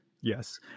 Yes